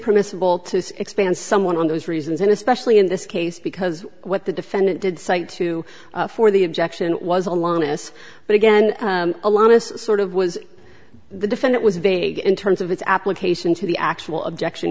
permissible to expand someone on those reasons and especially in this case because what the defendant did cite to for the objection was a linus but again a lot of sort of was the defendant was vague in terms of its application to the actual objection